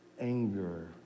anger